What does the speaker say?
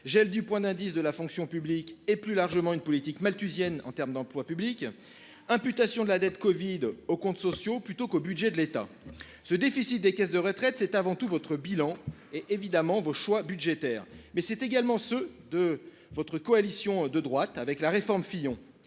gel du point d'indice de la fonction publique et plus largement une politique malthusienne en termes d'emplois publics imputation de la dette Covid aux comptes sociaux plutôt qu'au budget de l'État. Ce déficit des caisses de retraite, c'est avant tout votre bilan et évidemment vos choix budgétaires, mais c'est également de votre coalition de droite avec la réforme Fillon,